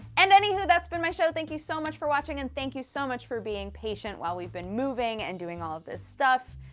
and anywho, that's been my show! thank you so much for watching, and thank you so much for being patient while we've been moving and doing all of this stuff.